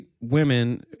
women